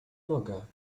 noga